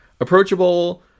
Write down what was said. approachable